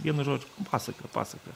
vienu žodžiu pasaka pasaka